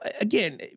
again